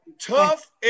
Tough